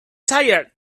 tired